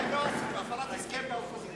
זו הפרת הסכם לאופוזיציה.